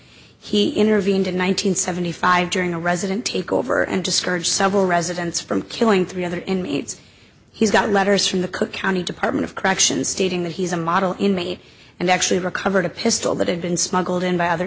he intervened in one nine hundred seventy five during a resident takeover and discouraged several residents from killing three other inmates he's got letters from the cook county department of corrections stating that he's a model inmate and actually recovered a pistol that had been smuggled in by other